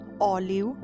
olive